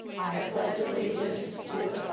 pledge allegiance to